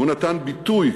והוא נתן ביטוי